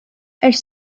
elle